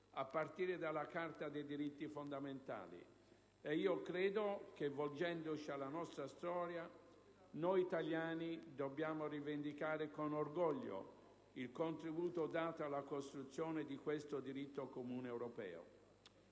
a partire dalla Carta dei diritti fondamentali. Credo che, volgendoci alla nostra storia, noi italiani dobbiamo rivendicare con orgoglio il contributo dato alla costruzione di questo diritto comune europeo.